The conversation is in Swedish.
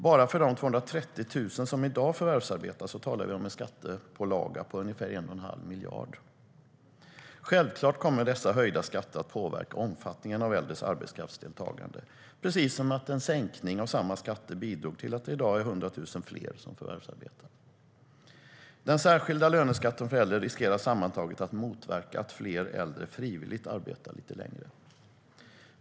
Bara för de 230 000 äldre som i dag förvärvsarbetar talar vi om en skattepålaga på ungefär 1 1⁄2 miljard. Självklart kommer dessa höjda skatter att påverka omfattningen av äldres arbetskraftsdeltagande, precis som en sänkning av samma skatter bidrog till att det i dag är 100 000 fler äldre som förvärvsarbetar. Den särskilda löneskatten för äldre riskerar sammantaget att motverka att fler äldre frivilligt arbetar längre.